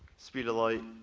speed of light,